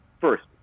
first